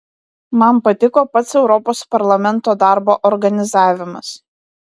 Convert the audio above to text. man patiko pats europos parlamento darbo organizavimas